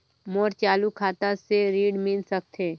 मोर चालू खाता से ऋण मिल सकथे?